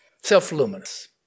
Self-luminous